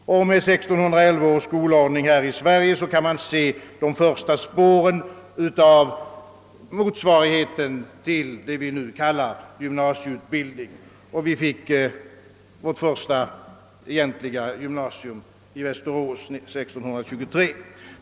Med 1611 års skolordning här i Sverige kan man se de första spåren av motsvarigheten till vad vi nu kallar gymnasieutbildning. Vi fick vårt första egentliga gymnasium i Västerås 1623.